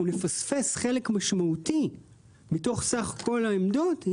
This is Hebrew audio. אנחנו נפספס חלק משמעותי מתוך סך כל העמדות,